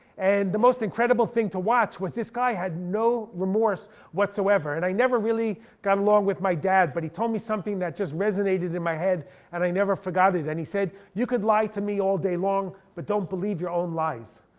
and the most incredible thing to watch was this guy had no remorse whatsoever. and i never really got along with my dad, but he told me something that just resonated in my head and i never forgot it. and he said you could lie to me all day long, but don't believe your own lies,